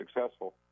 successful